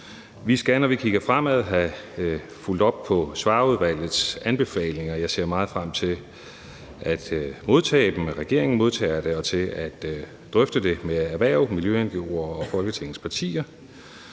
Vi skal, når vi kigger fremad, have fulgt op på Svarerudvalgets anbefalinger, og jeg ser meget frem til at modtage dem, når regeringen modtager dem, og til at drøfte det med erhvervet, miljø-ngo'er og Folketingets partier.